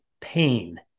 pain